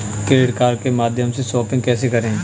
Credit card के माध्यम से शॉपिंग कैसे करें?